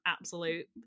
absolute